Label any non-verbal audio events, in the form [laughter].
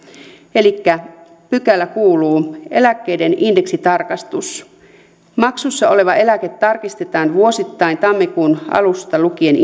elikkä pykälä kuuluu eläkkeiden indeksitarkistus maksussa oleva eläke tarkistetaan vuosittain tammikuun alusta lukien [unintelligible]